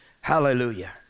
hallelujah